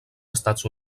estats